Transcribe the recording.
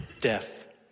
death